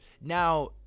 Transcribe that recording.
Now